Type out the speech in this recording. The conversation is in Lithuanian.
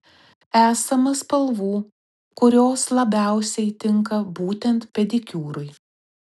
esama spalvų kurios labiausiai tinka būtent pedikiūrui